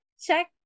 check